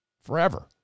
forever